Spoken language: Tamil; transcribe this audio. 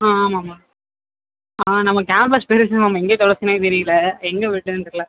ஆ ஆமாம் மேம் ஆ நம்ம கேம்பஸ் பெருசு மேம் எங்கே துலச்சனே தெரியல எங்கே விட்டுடேன்னு தெரியல